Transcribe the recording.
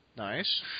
Nice